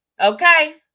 okay